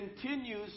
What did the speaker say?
continues